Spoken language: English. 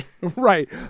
Right